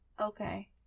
Okay